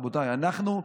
רבותיי: אנחנו,